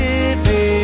Living